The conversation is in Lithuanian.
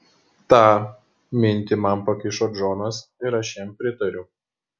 tą minti man pakišo džonas ir aš jam pritariau